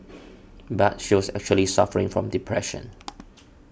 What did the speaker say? but she was actually suffering from depression